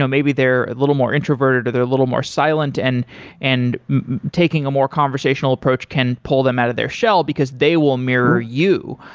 ah maybe they're a little more introverted or they're a little more silent, and and taking a more conversational approach can pull them out of their shell, because they will mirror you.